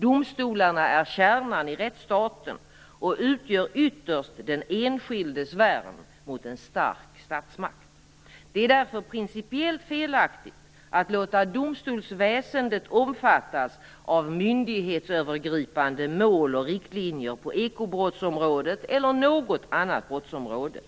Domstolarna är kärnan i rättsstaten och utgör ytterst den enskildes värn mot en stark statsmakt. Det är därför principiellt felaktigt att låta domstolsväsendet omfattas av "myndighetsövergripande mål och riktlinjer" på ekobrottsområdet eller på något annat brottsområde.